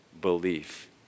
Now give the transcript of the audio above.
belief